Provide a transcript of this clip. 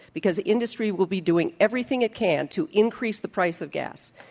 because the industry will be doing everything it can to increase the price of gas,